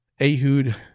Ehud